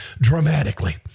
dramatically